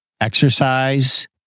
exercise